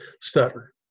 stutter